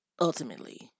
Ultimately